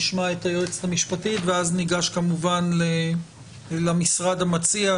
נשמע את היועצת המשפטית ואז ניגש כמובן למשרד המציע,